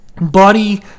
body